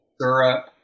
syrup